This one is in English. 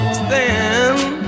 stand